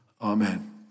Amen